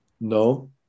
no